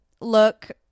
look